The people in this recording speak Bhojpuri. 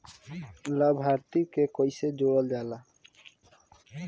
लभार्थी के कइसे जोड़ल जाला?